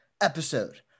episode